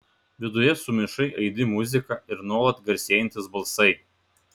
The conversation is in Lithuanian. viduje sumišai aidi muzika ir nuolat garsėjantys balsai